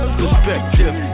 perspective